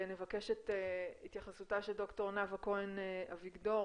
נבקש את התייחסותה של ד"ר נאוה כהן אביגדור,